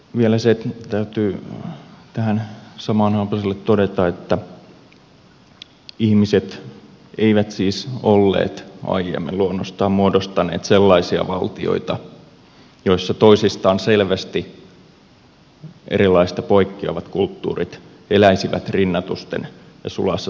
vielä se täytyy tähän samaan haapaselle todeta että ihmiset eivät siis olleet aiemmin luonnostaan muodostaneet sellaisia valtioita joissa toisistaan selvästi erilaiset ja poikkeavat kulttuurit eläisivät rinnatusten ja sulassa sovussa keskenään